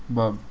but